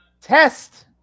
test